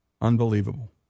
Unbelievable